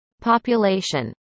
population